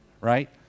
right